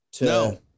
No